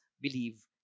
believe